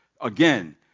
again